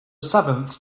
seventh